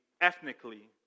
ethnically